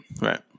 right